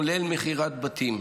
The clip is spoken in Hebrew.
כולל מכירת בתים,